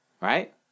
right